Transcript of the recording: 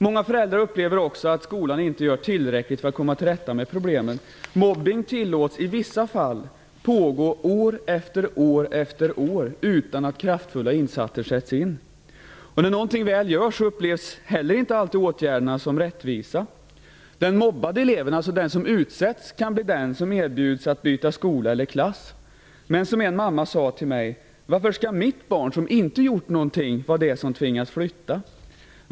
Många föräldrar upplever också att skolan inte gör tillräckligt för att komma till rätta med problemen. Mobbning tillåts i vissa fall pågå år efter år efter år utan att kraftfulla insatser sätts in. När någonting väl görs upplevs inte heller alltid åtgärderna som rättvisa. Den mobbade eleven - den som utsätts - kan bli den som erbjuds att byta skola eller klass. Men som en mamma sade till mig: Varför skall mitt barn som inte har gjort någonting vara den som tvingas flytta?